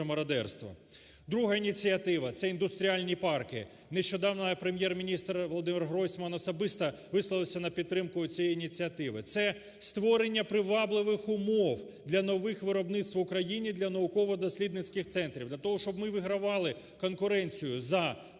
мародерство. Друга ініціатива - це індустріальні парки. Нещодавно Прем'єр-міністр Володимир Гройсман особисто висловився на підтримку цієї ініціативи. Це створення привабливих умов для нових виробництв в Україні для науково-дослідницьких центрів, для того, щоб ми вигравали конкуренцію за